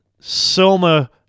Selma